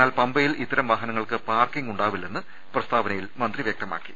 എന്നാൽ പമ്പയിൽ ഇത്തരം വാഹന ങ്ങൾക്ക് പാർക്കിങ്ങ് ഉണ്ടാവില്ലെന്ന് പ്രസ്താവനയിൽ മന്ത്രി വൃക്ത മാക്കി